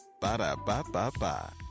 Ba-da-ba-ba-ba